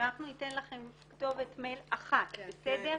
שאנחנו ניתן לכם כתובת מייל אחת, בסדר?